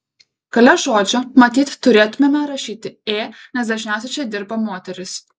gale žodžio matyt turėtumėme rašyti ė nes dažniausiai čia dirba moterys